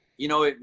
you know,